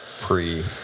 Pre